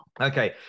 okay